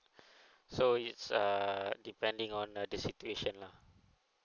so it's uh depending on the the situation lah